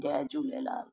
Jay Jhulelal